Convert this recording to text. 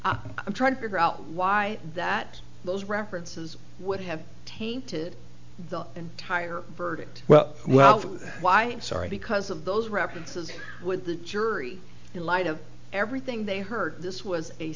i'm trying to figure out why that those references would have tainted the entire verdict well well why i'm sorry because of those references with the jury in light of everything they heard this was a